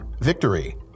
victory